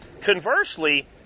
conversely